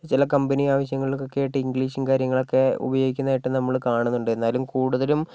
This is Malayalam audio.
ചില കമ്പനി ആവശ്യങ്ങൾക്കൊക്കെ ആയിട്ട് ഇംഗ്ലീഷും കാര്യങ്ങളൊക്കെ ഉപയോഗിക്കുന്നതായിട്ട് നമ്മൾ കാണുന്നുണ്ട് എന്നാലും കൂടുതലും